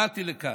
באתי לכאן,